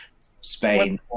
Spain